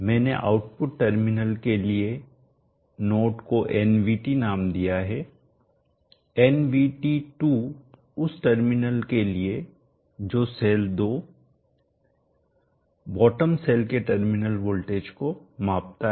मैंने output terminal के लिए नोड को nVt नाम दिया है nVt2 उस टर्मिनल के लिए जो सेल 2 बॉटम सेल के टर्मिनल वोल्टेज को मापता है